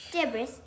debris